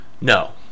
No